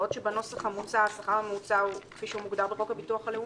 בעוד שבנוסח המוצע השכר הממוצע הוא כפי שמוגדר בחוק הביטוח הלאומי,